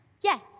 Yes